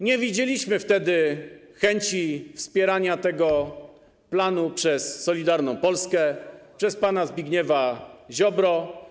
Nie widzieliśmy wtedy chęci wspierania tego planu przez Solidarną Polskę, przez pana Zbigniewa Ziobrę.